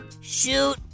shoot